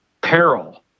peril